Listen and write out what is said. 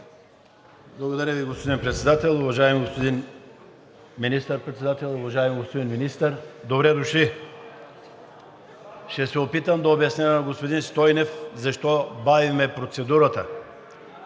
Благодаря Ви, господин Председател. Уважаеми господин Министър-председател, уважаеми господин Министър, добре дошли! Ще се опитам да обясня на господин Стойнев защо бавим процедурата.